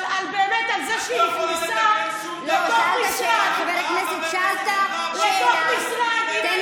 זה לא כמו חד-הורית בתל